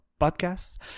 podcast